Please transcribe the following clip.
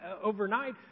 overnight